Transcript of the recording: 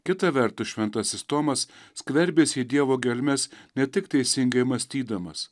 kita vertus šventasis tomas skverbėsi į dievo gelmes ne tik teisingai mąstydamas